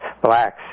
blacks